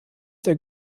der